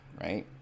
right